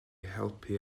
helpu